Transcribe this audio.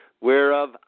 whereof